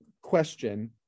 Question